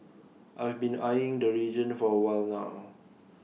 I've been eyeing the region for A while now